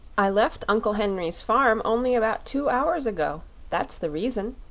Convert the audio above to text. i left uncle henry's farm only about two hours ago that's the reason,